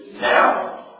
now